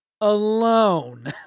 alone